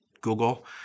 Google